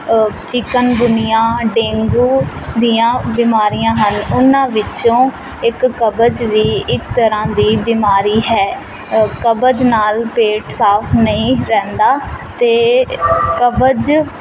chikungunya dengue ਦੀਆਂ ਬਿਮਾਰੀਆਂ ਹਨ ਉਹਨਾਂ ਵਿੱਚੋਂ ਇੱਕ ਕਬਜ਼ ਵੀ ਇੱਕ ਤਰ੍ਹਾਂ ਦੀ ਬਿਮਾਰੀ ਹੈ ਕਬਜ਼ ਨਾਲ ਪੇਟ ਸਾਫ਼ ਨਹੀਂ ਰਹਿੰਦਾ ਅਤੇ ਕਬਜ਼